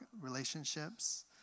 relationships